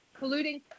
colluding